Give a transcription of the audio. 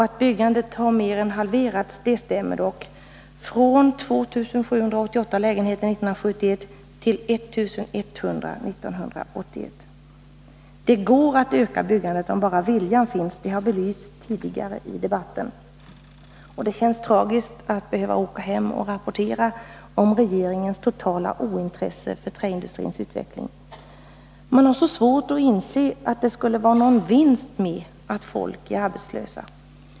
Att byggandet har mer än halverats stämmer dock — från 2 788 lägenheter 1971 till I 100 lägenheter 1981. Det går att öka byggandet, om bara viljan finns — det har tidigare belysts i debatten. Det känns tragiskt att behöva åka hem och rapportera om regeringens totala ointresse för träindustrins utveckling. Man har så svårt att inse att det skulle vara någon vinst red att folk är arbetslösa.